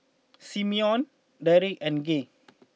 Simeon Deric and Gay